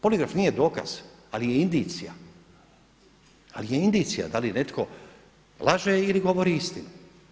Poligraf nije dokaz, ali je indicija, ali je indicija da li netko laže ili govori istinu.